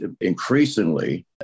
increasingly